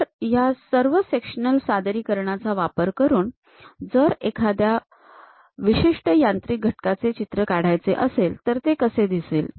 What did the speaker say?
तर या सर्व सेक्शनल सादरीकरणाचा वापर करून जर एखाद्या विशिष्ट यांत्रिक घटकाचे चित्र काढायचे असेल तर ते कसे दिसेल